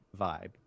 vibe